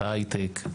את ההייטק?